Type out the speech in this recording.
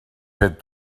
had